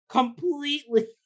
completely